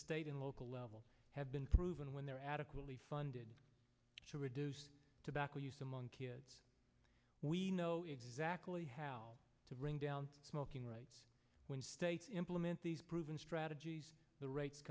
state and local level have been proven when they're adequately funded to reduce tobacco use among kids we know exactly how to bring down smoking rights when states implement these proven strategies the r